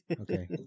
Okay